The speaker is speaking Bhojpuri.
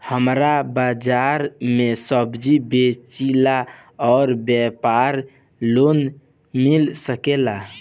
हमर बाजार मे सब्जी बेचिला और व्यापार लोन मिल सकेला?